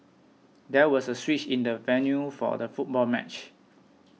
there was a switch in the venue for the football match